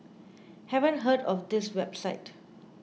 haven't heard of this website